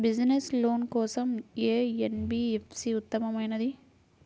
Business loan కోసం ఏ NBFC ఉత్తమమైనది?